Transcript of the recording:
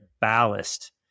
ballast